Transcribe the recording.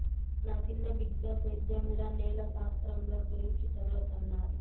నా సిన్న బిడ్డ సేద్యంల నేల శాస్త్రంల గురించి చదవతన్నాది